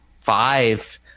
five